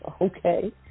Okay